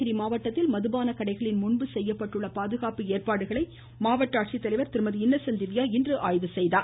நீலகிரி மாவட்டத்தில் மதுபான கடைகளின் முன்பு செய்யப்பட்டுள்ள பாதுகாப்பு ஏற்பாடுகளை மாவட்ட ஆட்சித்தலைவர் திருமதி இன்னசென்ட் திவ்யா இன்று ஆய்வு செய்தார்